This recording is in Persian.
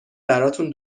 براتون